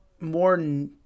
more